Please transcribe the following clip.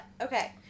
Okay